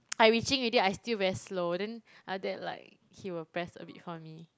I reaching already I still very slow then after that like he will press a bit for me